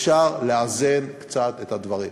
אפשר לאזן קצת את הדברים.